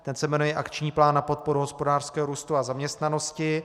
Ten se jmenuje Akční plán na podporu hospodářského růstu a zaměstnanosti.